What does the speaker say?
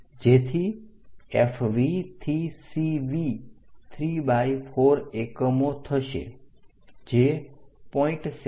જેથી FV થી CV 34 એકમો થશે જે 0